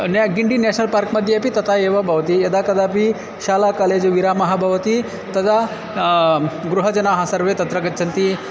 Guindy national park मध्ये अपि तथा एव भवति यदा कदापि शाला कालेज् विरामः भवति तदा गृहजनाः सर्वे तत्र गच्छन्ति